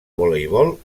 voleibol